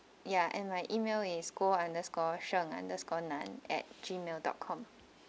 ya and my email guo underscore sheng underscore nan at gmail dot com